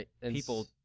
people